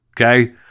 okay